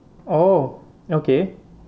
oh okay